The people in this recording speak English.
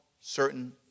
certain